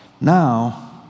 Now